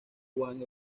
juan